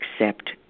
accept